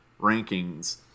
rankings